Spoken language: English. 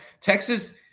Texas